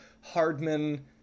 Hardman